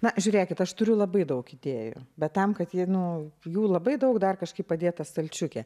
na žiūrėkit aš turiu labai daug idėjų bet tam kad ji nu jų labai daug dar kažkaip padėta stalčiuke